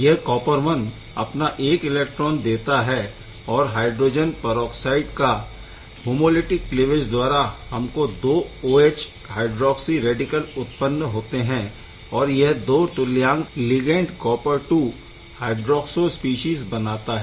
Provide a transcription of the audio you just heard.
यह copper I अपना एक इलेक्ट्रॉन देता है और हाइड्रोजन परऑक्साइड का होमोलिटिक क्लीवेज द्वारा हमको दो OH हाइड्रोक्सी रैडिकल उत्पन्न होते है और यह 2 तुल्यांक ligand copper II hydroxo species बनाता है